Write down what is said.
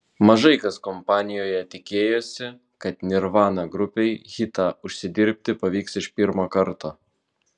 mažai kas kompanijoje tikėjosi kad nirvana grupei hitą užsidirbti pavyks iš pirmo karto